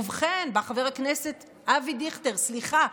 ובכן, בא חבר הכנסת אבי דיכטר, סליחה,